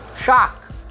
shock